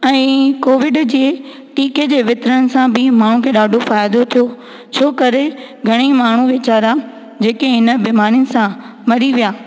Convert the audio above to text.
ऐं कोविड जे टीके जे वितिरण सां बि माण्हुनि खे ॾाढो फ़ाइदो थियो छो करे घणेई माण्हू वेचारा जेके हिन बीमारियुनि सां मरी विया